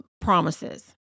promises